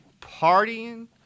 partying